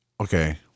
Okay